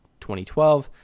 2012